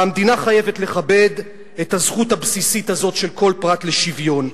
והמדינה חייבת לכבד את הזכות הבסיסית הזאת של כל פרט לשוויון.